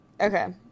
Okay